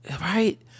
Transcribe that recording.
Right